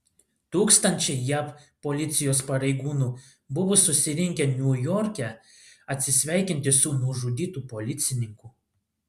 tūkstančiai jav policijos pareigūnų buvo susirinkę niujorke atsisveikinti su nužudytu policininku